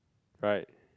right